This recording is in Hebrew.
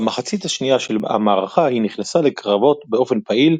במחצית השנייה של המערכה היא נכנסה לקרבות באופן פעיל,